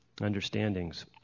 understandings